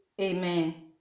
Amen